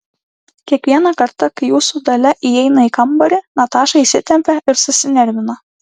kiekvieną kartą kai jūsų dalia įeina į kambarį nataša įsitempia ir susinervina